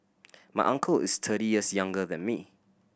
my uncle is thirty years younger than me